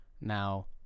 now